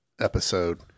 episode